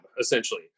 essentially